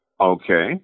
okay